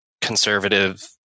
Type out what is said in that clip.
conservative